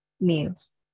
meals